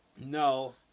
No